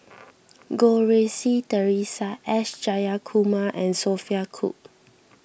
Goh Rui Si theresa S Jayakumar and Sophia Cooke